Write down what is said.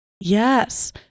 Yes